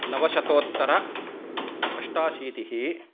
नवशतोत्तर अष्टाशीतिः